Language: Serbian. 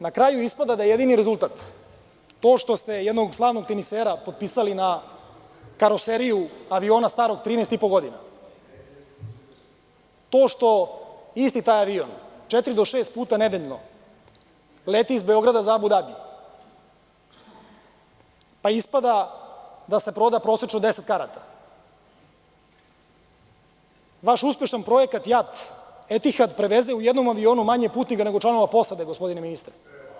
Na kraju ispada da je jedini rezultat, pošto ste jednog slavnog tenisera potpisali na karoseriju aviona starog 13 i po godina, to što isti taj avion četiri do šest puta nedeljno leti iz Beograda za Abu Dabi, pa ispada da se proda prosečno 10 karata, vaš uspešan projekat JAT–Etihad preveze u jednom avionu manje putnika nego članova posade, gospodine ministre.